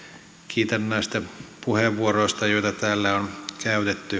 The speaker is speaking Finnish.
kiitän näistä puheenvuoroista joita täällä on käytetty niihin